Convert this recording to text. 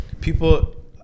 people